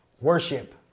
worship